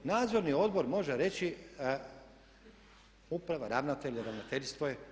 Nadzorni odbor može reći uprava ravnatelja i ravnateljstvo je